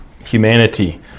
humanity